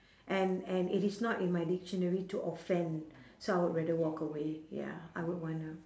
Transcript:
and and it is not in my dictionary to offend so I would rather walk away ya I would wanna